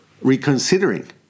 reconsidering